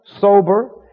sober